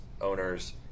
owners